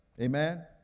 amen